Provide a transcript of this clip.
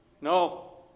No